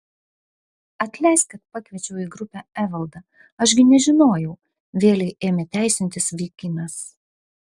atleisk kad pakviečiau į grupę evaldą aš gi nežinojau vėlei ėmė teisintis vaikinas